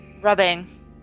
Rubbing